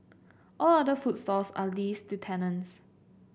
all other food stalls are leased to tenants